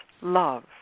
Love